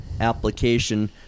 application